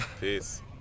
Peace